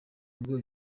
ngo